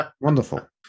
wonderful